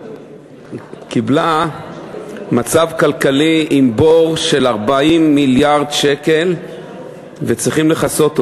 קיבלה מצב כלכלי עם בור של 40 מיליארד שקל וצריכים לכסות אותו?